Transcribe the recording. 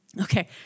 Okay